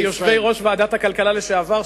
כיושבי-ראש ועדת הכלכלה לשעבר,